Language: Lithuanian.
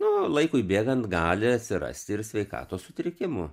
nu laikui bėgant gali atsirasti ir sveikatos sutrikimų